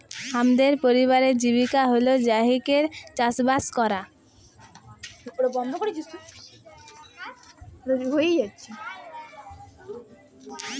হামদের পরিবারের জীবিকা হল্য যাঁইয়ে চাসবাস করা